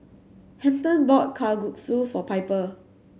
Hampton bought Kalguksu for Piper